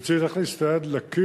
כשצריך להכניס את היד לכיס,